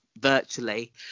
virtually